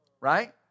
right